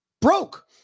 Broke